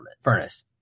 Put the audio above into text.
furnace